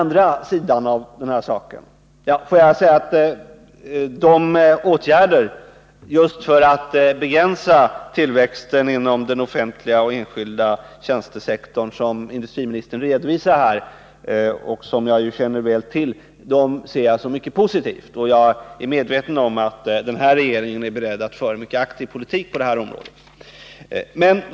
Låt mig säga att de åtgärder för att begränsa tillväxten inom den offentliga och den enskilda tjänstesektorn som industriministern redovisar och som jag ju känner väl till ser jag som någonting mycket positivt, och jag är medveten om att den nuvarande regeringen är beredd att föra en mycket aktiv politik på det området.